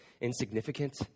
insignificant